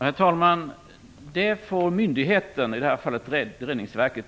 Herr talman! Det får myndigheten, i det här fallet